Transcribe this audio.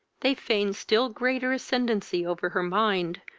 they fained still greater ascendancy over her mind,